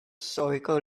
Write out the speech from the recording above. circle